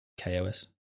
Kos